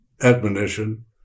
admonition